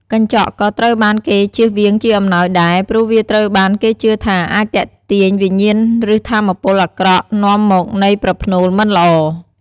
កញ្ចក់ក៏ត្រូវបានគេជៀសវាងជាអំណោយដែរ ព្រោះវាត្រូវបានគេជឿថាអាចទាក់ទាញវិញ្ញាណ ឬថាមពលអាក្រក់នាំមកនៃប្រផ្នូលមិនល្អ។